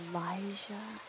Elijah